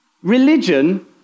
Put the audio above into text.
Religion